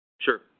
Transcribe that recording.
Sure